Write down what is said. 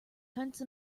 fence